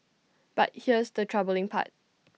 but here's the troubling part